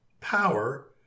power